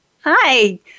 Hi